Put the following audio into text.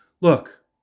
Look